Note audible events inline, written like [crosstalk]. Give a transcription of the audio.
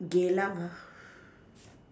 Geylang ha [breath]